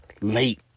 late